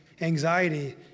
anxiety